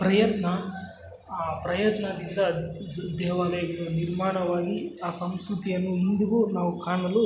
ಪ್ರಯತ್ನ ಆ ಪ್ರಯತ್ನದಿಂದ ದೇವಾಲಯಗಳು ನಿರ್ಮಾಣವಾಗಿ ಆ ಸಂಸ್ಕೃತಿಯನ್ನು ಇಂದಿಗೂ ನಾವು ಕಾಣಲು